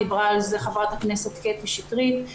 דיברה על זה חברת הכנסת קטי שטרית.